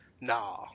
Nah